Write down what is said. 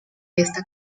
esta